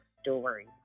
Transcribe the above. story